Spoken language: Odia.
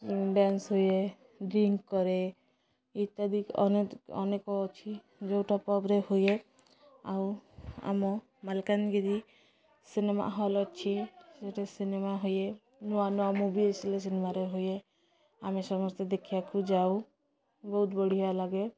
ଡ୍ୟାନ୍ସ ହୁଏ ଡ୍ରିଙ୍କ କରେ ଇତ୍ୟାଦି ଅନେକ ଅନେକ ଅଛି ଯେଉଁଟା ପବ୍ରେ ହୁଏ ଆଉ ଆମ ମାଲକାନଗିରି ସିନେମା ହଲ୍ ଅଛି ସେଇଠି ସିନେମା ହିଏ ନୂଆ ନୂଆ ମୁଭି ଆସିଲେ ସିନେମାରେ ହୁଏ ଆମେ ସମସ୍ତେ ଦେଖିବାକୁ ଯାଉ ବହୁତ ବଢ଼ିଆ ଲାଗେ